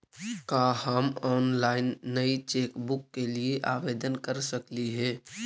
का हम ऑनलाइन नई चेकबुक के लिए आवेदन कर सकली हे